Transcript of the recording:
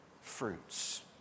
fruits